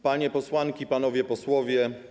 Panie Posłanki i Panowie Posłowie!